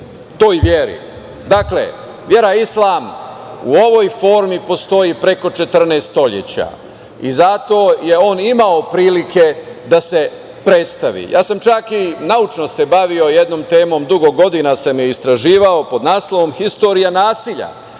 toj veri. Dakle vera islam u ovoj formi postoji preko 14 vekova. Zato je on imao prilike da se predstavi. Ja sam se i naučno bavio jednom temom, dugo godina sam je istraživao, pod naslovom „Istorija nasilja“,